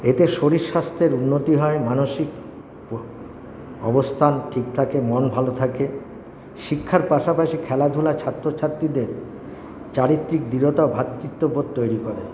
এতে শরীর স্বাস্থ্যের উন্নতি হয় মানসিক অবস্থান ঠিক থাকে মন ভালো থাকে শিক্ষার পাশাপাশি খেলাধুলা ছাত্রছাত্রীদের চারিত্রিক দৃঢ়তা ভাতৃত্ববোধ তৈরি করে